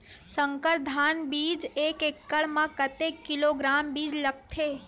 संकर धान बीज एक एकड़ म कतेक किलोग्राम बीज लगथे?